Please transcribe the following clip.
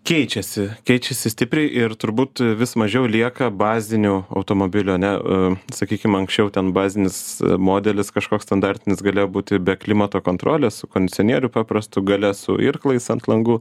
keičiasi keičiasi stipriai ir turbūt vis mažiau lieka bazinių automobilių ane sakykim anksčiau ten bazinis modelis kažkoks standartinis galėjo būti be klimato kontrolės su kondicionieriu paprastu gale su irklais ant langų